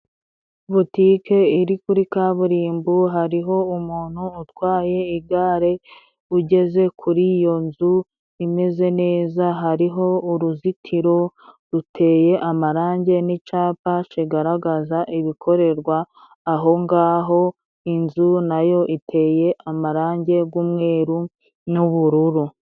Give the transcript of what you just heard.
Butike iri kuri kaburimbo， hariho umuntu utwaye igare， ugeze kuri iyo nzu， imeze neza hariho uruzitiro ruteye amarangi n'icapa kigaragaza ibikorerwa ahongaho， inzu nayo iteye amarangi g'umweru n'ubururu.